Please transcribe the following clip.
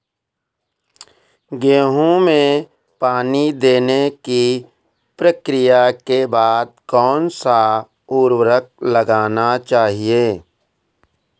गेहूँ में पानी देने की प्रक्रिया के बाद कौन सा उर्वरक लगाना चाहिए?